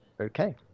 Okay